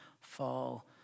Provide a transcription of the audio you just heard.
fall